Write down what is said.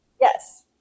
Yes